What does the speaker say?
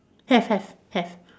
have have have